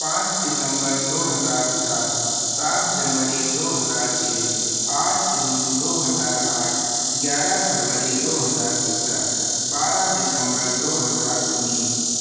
پانچ ستمبر دو ہزار چار سات جنوری دو ہزار چھ آٹھ جون دو ہزار آٹھ گیارہ فروری دو ہزار سترہ بارہ دسمبر دو ہزار انیس